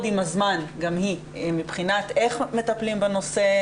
עם הזמן גם היא מבחינת איך מטפלים בנושא,